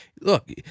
look